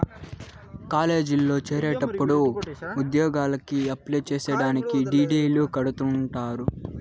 కాలేజీల్లో చేరేటప్పుడు ఉద్యోగలకి అప్లై చేసేటప్పుడు డీ.డీ.లు కడుతుంటారు